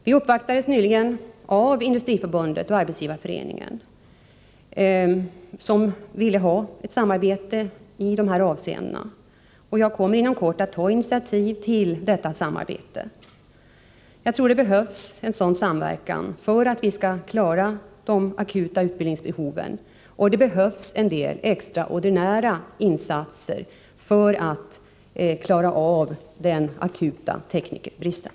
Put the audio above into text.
Vi uppvaktades nyligen av Industriförbundet och Arbetsgivareföreningen, som ville ha ett samarbete i de här avseendena, och jag kommer inom kort att ta initiativ till ett sådant. Jag tror det behövs en sådan samverkan för att vi skall klara de aktuella utbildningsbehoven, och det erfordras en del extraordinära insatser för att klara den akuta teknikerbristen.